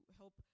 help